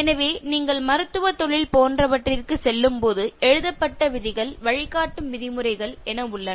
எனவே நீங்கள் மருத்துவத் தொழில் போன்றவற்றிற்குச் செல்லும்போது எழுதப்பட்ட விதிகள் வழிகாட்டும் விதிமுறைகள் என உள்ளன